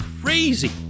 crazy